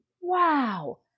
wow